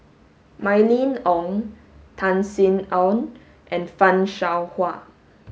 Mylene Ong Tan Sin Aun and Fan Shao Hua